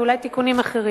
ואולי גם תיקונים אחרים.